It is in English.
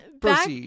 back